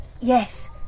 Yes